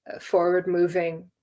forward-moving